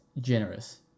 generous